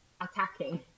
attacking